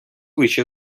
вище